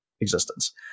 existence